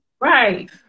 Right